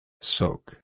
Soak